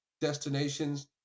destinations